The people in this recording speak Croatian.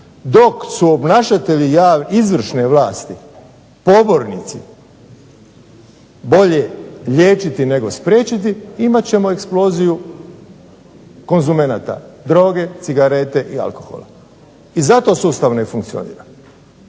dok su obnašatelji izvršne vlasti pobornici "Bolje liječiti nego spriječiti" imat ćemo eksploziju konzumenta droge, cigarete i alkohola. I zato sustav ne funkcionira